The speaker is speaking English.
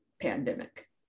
pandemic